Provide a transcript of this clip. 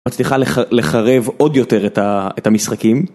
מצליחה לחרב עוד יותר את המשחקים